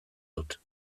dut